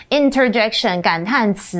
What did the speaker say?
interjection,感叹词